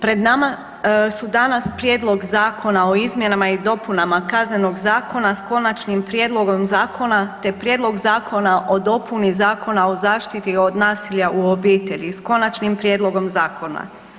Pred nama su danas Prijedlog zakona o izmjenama i dopunama Kaznenog zakona sa konačnim prijedlogom zakona, te Prijedlog zakona o dopuni Zakona o zaštiti od nasilja u obitelji s konačnim prijedlogom zakona.